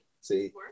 See